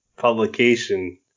publication